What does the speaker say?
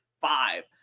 five